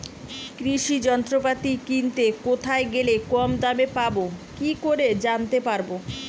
কৃষি যন্ত্রপাতি কিনতে কোথায় গেলে কম দামে পাব কি করে জানতে পারব?